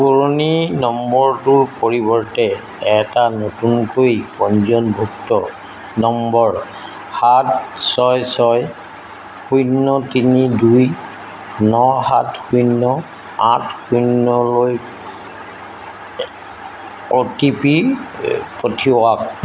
পুৰণি নম্বৰটোৰ পৰিৱৰ্তে এটা নতুনকৈ পঞ্জীয়নভুক্ত নম্বৰ সাত ছয় ছয় শূন্য তিনি দুই ন সাত শূন্য আঠ শূন্যলৈ এ অ' টি পি পঠিয়াওক